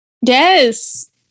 yes